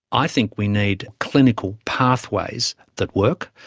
i think we need clinical pathways that work.